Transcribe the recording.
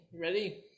ready